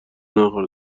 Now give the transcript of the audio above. نخور